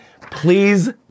Please